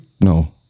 no